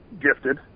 gifted